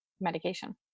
medication